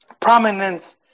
prominence